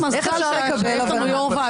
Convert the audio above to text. זה מה שאתם אומרים בחוק הזה.